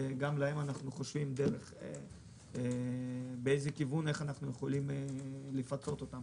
ואנחנו חושבים באיזה כיוון ואיך אנחנו יכולים לפצות אותם